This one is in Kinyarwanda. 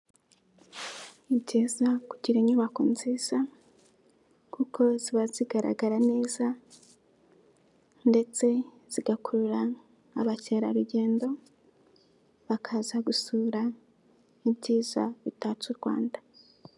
Ni byiza kugira inyubako nziza kuko ziba zigaragara neza ndetse zigakurura abakerarugendo bakaza gusura ibyiza bitatse u Rwanda.